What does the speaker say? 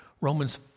Romans